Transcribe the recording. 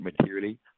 materially